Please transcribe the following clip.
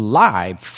live